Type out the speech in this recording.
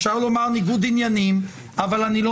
אפשר לומר ניגוד עניינים אבל אני לא